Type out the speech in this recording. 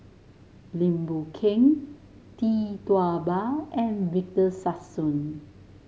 Lim Boon Keng Tee Tua Ba and Victor Sassoon